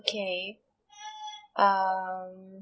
okay um